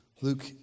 Luke